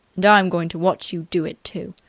and i'm going to watch you do it, too.